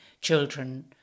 children